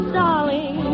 darling